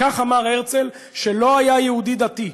כך אמר הרצל, שלא היה יהודי דתי.